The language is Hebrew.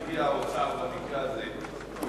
קרי האוצר במקרה הזה.